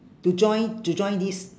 to join to join this